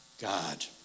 God